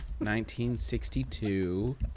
1962